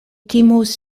timus